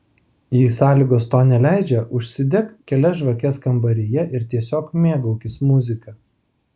jei sąlygos to neleidžia užsidek kelias žvakes kambaryje ir tiesiog mėgaukis muzika